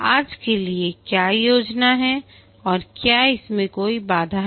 आज के लिए क्या योजना है और क्या इसमें कोई बाधा है